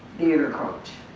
theater coach